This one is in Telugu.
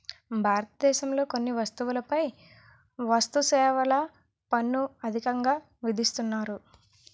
భారతదేశంలో కొన్ని వస్తువులపై వస్తుసేవల పన్ను అధికంగా విధిస్తున్నారు